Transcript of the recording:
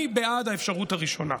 אני בעד האפשרות הראשונה.